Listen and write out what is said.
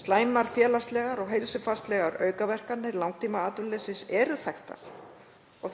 Slæmar félagslegar og heilsufarslegar aukaverkanir langtímaatvinnuleysis eru þekktar.